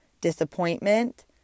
disappointment